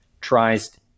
tries